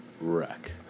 wreck